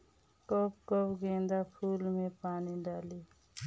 कब कब गेंदा फुल में पानी डाली?